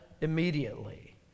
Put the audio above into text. immediately